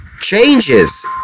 changes